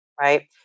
right